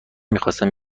میخواستم